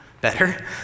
better